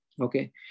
Okay